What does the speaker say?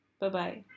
bye-bye